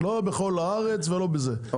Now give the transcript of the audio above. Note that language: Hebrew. לא בכל הארץ ולא בזה,